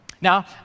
Now